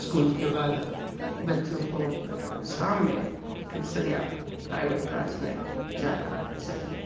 school के बाद बच्चों को शाम में ट्यूशन या प्राइवेट कलास में जाना चाहिए